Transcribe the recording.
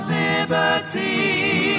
liberty